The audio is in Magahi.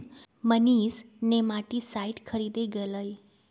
मनीष नेमाटीसाइड खरीदे गय लय